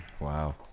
Wow